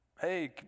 hey